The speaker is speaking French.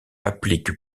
applique